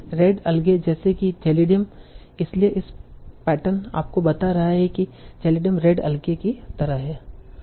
red algae जैसे कि Gelidium इसलिए यह पैटर्न आपको बता रहा है कि जेलिडियम रेड अलगे की तरह है